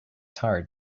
tired